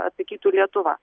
atsakytų lietuva